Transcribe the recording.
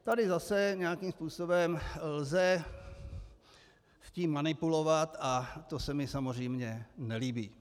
Tady zase nějakým způsobem lze s tím manipulovat a to se mi samozřejmě nelíbí.